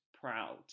proud